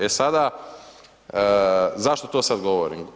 E sada zašto to sad govorim?